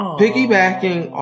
piggybacking